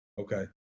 okay